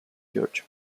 george